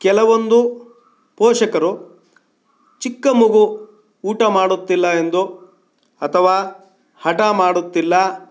ಕೆಲವೊಂದು ಪೋಷಕರು ಚಿಕ್ಕ ಮಗು ಊಟ ಮಾಡುತ್ತಿಲ್ಲ ಎಂದೋ ಅಥವಾ ಹಠ ಮಾಡುತ್ತಿಲ್ಲ